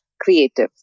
creative